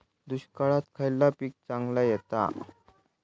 दुष्काळात खयला पीक चांगला येता?